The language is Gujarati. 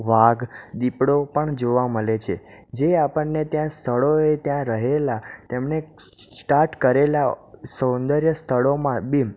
વાઘ દીપડો પણ જોવા મળે છે જે આપણને ત્યાં સ્થળોએ ત્યાં રહેલાં તેમને સ્ટાર્ટ કરેલાં સૌંદર્ય સ્થળોમાં બી